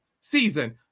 season